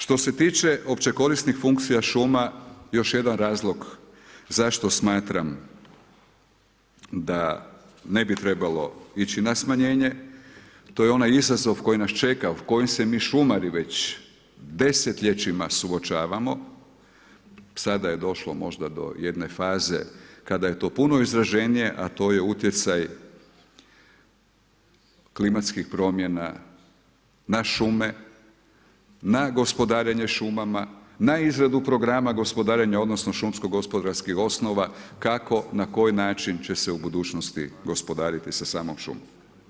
Što se tiče općekorisnih funkcije šuma još jedan razlog zašto smatram da ne bi trebalo ići na smanjenje, to je onaj izazov koji nas čeka u kojem se mi šumari već desetljećima suočavamo, sada je došlo možda do jedne faze kada je to puno izraženije, a to je utjecaj klimatskih promjena na šume, na gospodarenje šumama, na izradu programa gospodarenja odnosno šumsko gospodarskih osnova kako na koji način će se u budućnosti gospodariti sa samo šumama.